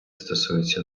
стосується